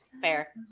fair